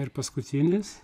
ir paskutinis